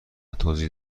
توضیح